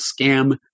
scam